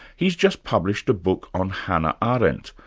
he's just published a book on hannah ah arendt,